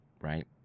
right